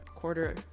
quarter